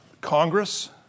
Congress